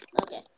Okay